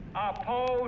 oppose